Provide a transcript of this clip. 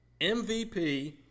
MVP